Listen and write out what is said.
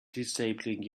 disabling